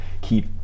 keep